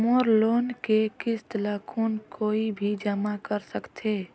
मोर loan के किस्त ल कौन कोई भी जमा कर सकथे?